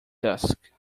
dusk